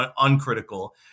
uncritical